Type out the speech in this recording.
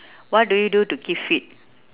what do you do to keep fit